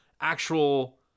actual